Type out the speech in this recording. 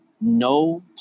no